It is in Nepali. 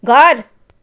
घर